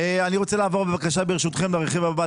ברשותכם, אני רוצה לעבור לרכיב הבא.